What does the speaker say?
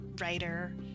writer